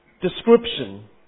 description